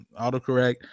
Autocorrect